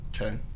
okay